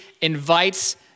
invites